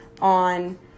on